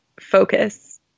focus